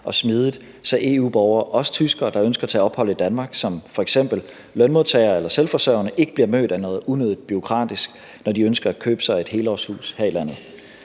og smidigt, så EU-borgere, også tyskere, der ønsker at tage ophold i Danmark som f.eks. lønmodtagere eller selvforsørgende, ikke bliver mødt med unødigt bureaukrati, når de ønsker at købe sig et helårshus her i landet.